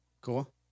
Cool